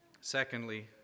Secondly